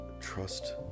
Trust